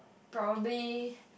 probably